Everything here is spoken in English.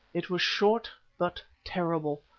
it was short but terrible.